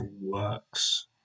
works